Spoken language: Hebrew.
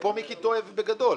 ופה מיקי טועה בגדול,